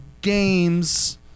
games